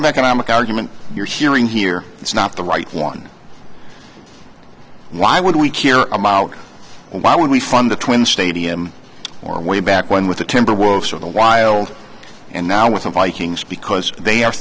of economic argument you're hearing here it's not the right one why would we care about why would we fund the twin stadium or way back when with the timberwolves of the wild and now with the vikings because they are